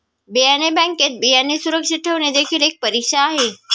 बियाणे बँकेत बियाणे सुरक्षित ठेवणे देखील एक परीक्षा आहे